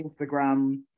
Instagram